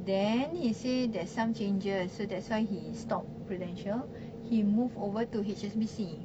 then he say there's some changes so that's why he stopped Prudential he move over to H_S_B_C